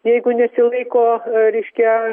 jeigu nesilaiko reiškia